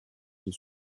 des